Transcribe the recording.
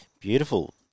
beautiful